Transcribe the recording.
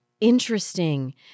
interesting